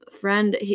friend